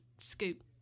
scoop